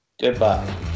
Goodbye